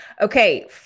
Okay